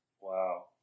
Wow